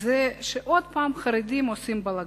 זה שעוד פעם חרדים עושים בלגן.